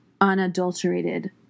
unadulterated